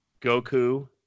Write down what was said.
Goku